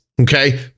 okay